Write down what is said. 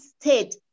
state